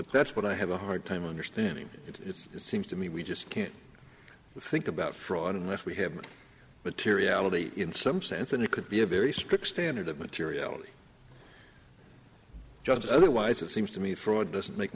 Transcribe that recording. that that's what i have a hard time understanding it's it seems to me we just can't think about fraud unless we have materiality in some sense and it could be a very strict standard of materiality just otherwise it seems to me fraud doesn't make